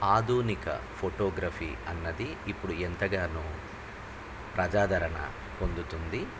ఆధునిక ఫోటోగ్రఫీ అన్నది ఇప్పుడు ఎంతగానో ప్రజాదరణ పొందుతుంది